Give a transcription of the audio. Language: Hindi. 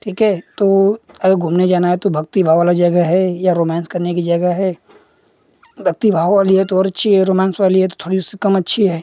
ठीक है तो अगर घूमने जाना है तो भक्तिभाव वाला जगह है या रोमैंस करने की जगह है भक्तिभाव वाली है तो और अच्छी है रोमांस वाली है थोड़ी सी कम अच्छी है